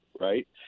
right